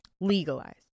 Legalize